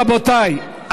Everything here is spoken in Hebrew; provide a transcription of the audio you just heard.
רבותיי,